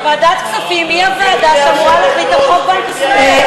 ועדת הכספים היא הוועדה שאמורה להחליט על חוק בנק ישראל.